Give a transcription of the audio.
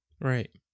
Right